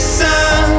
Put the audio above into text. sun